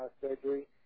surgery